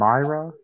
Myra